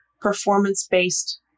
performance-based